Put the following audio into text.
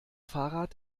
fahrrad